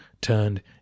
turned